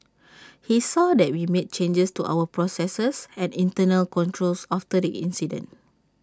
he saw that we made changes to our processes and internal controls after the incident